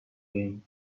gain